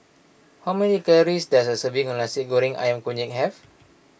how many does a serving of Nasi Goreng Ayam Kunyit have